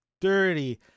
dirty